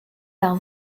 par